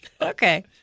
Okay